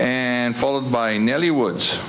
and followed by nelly woods